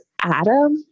Adam